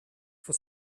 for